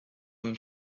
them